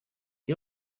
you